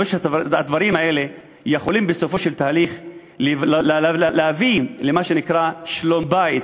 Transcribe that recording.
שלושת הדברים האלה יכולים בסופו של תהליך להביא למה שנקרא שלום-בית